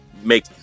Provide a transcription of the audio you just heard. make